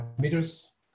meters